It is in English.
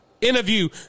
interview